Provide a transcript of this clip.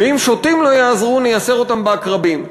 ואם שוטים לא יעזרו נייסר אותם בעקרבים,